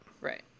Right